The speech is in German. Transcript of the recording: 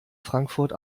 frankfurt